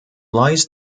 lies